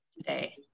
today